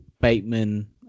Bateman